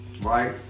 right